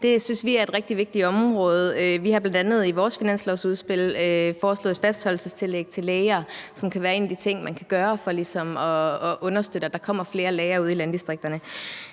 Det synes vi er et rigtig vigtigt område. Vi har bl.a. i vores finanslovsudspil foreslået et fastholdelsestillæg til læger, som kan være en af de ting, man kan gøre for ligesom at understøtte, at der kommer flere læger ude i landdistrikterne.